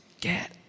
Get